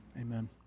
Amen